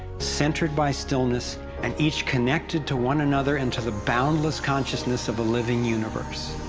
centered by stillness and each connected to one another into the boundless consciousness of a living universe.